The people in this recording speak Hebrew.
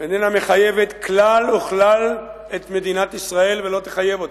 איננה מחייבת כלל וכלל את מדינת ישראל ולא תחייב אותה.